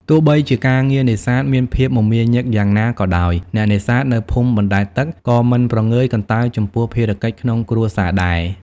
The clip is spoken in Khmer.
ទោះបីជាការងារនេសាទមានភាពមមាញឹកយ៉ាងណាក៏ដោយ អ្នកនេសាទនៅភូមិបណ្ដែតទឹកក៏មិនព្រងើយកន្តើយចំពោះភារកិច្ចក្នុងគ្រួសារដែរ។